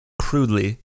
crudely